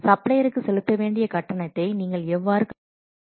சப்ளையருக்கு செலுத்த வேண்டிய கட்டணத்தை நீங்கள் எவ்வாறு கணக்கிடுகிறீர்கள்